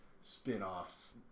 spin-offs